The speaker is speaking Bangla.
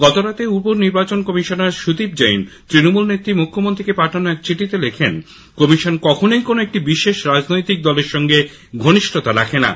গতরাতে উপনির্বাচন কমিশনার সুদীপ জৈন তৃণমূল নেত্রী মুখ্যমন্ত্রীকে পাঠানো এক চিঠিতে লেখেন কমিশন কখনোই কোনও একটি বিশেষ রাজনৈতিক দলের সঙ্গে ঘনিষ্ঠতা রাখেনা